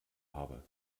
habe